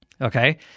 Okay